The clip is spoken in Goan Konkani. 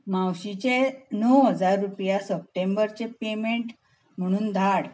मावशीचें णव हजार रुपया सप्टेंबरचें पेमेंट म्हणून धाड